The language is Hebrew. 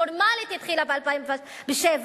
פורמלית התחילה ב-2007,